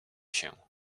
się